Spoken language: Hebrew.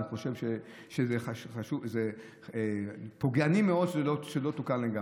אני חושב שזה חשוב ושזה פוגעני מאוד שזה לא תוקן לגמרי.